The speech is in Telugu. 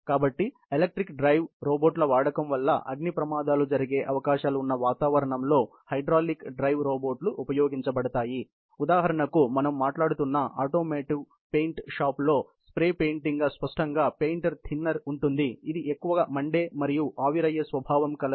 కాబట్టి ఎలక్ట్రిక్ డ్రైవ్ రోబోట్ల వాడకం వల్ల అగ్ని ప్రమాదాలు జరిగే అవకాశాలు ఉన్న వాతావరణంలో హైడ్రాలిక్ డ్రైవ్ రోబోట్లుఉపయోగించబడతాయి ఉదాహరణకు మనం మాట్లాడుతున్న ఆటోమోటివ్ పెయింట్ షాపులో స్ప్రే పెయింటింగ్ స్పష్టంగా పెయింట్ థిన్నర్ ఉంటుంది ఇది ఎక్కువ మండే మరియు ఆవిరయ్యే స్వభావం కలది